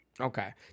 Okay